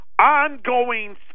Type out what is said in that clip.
Ongoing